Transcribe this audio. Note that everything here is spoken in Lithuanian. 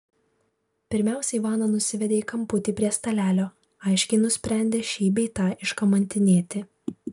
pirmiausia ivaną nusivedė į kamputį prie stalelio aiškiai nusprendę šį bei tą iškamantinėti